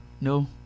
no